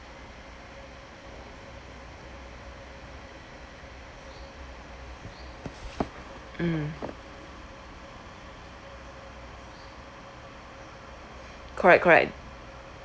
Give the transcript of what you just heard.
mm correct correct